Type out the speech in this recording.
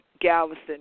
Galveston